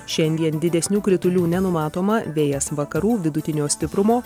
šiandien didesnių kritulių nenumatoma vėjas vakarų vidutinio stiprumo